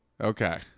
Okay